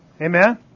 Amen